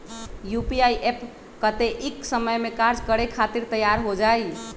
UPI app कतेइक समय मे कार्य करे खातीर तैयार हो जाई?